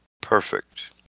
perfect